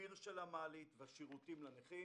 הפיר של המעלית והשירותים לנכים.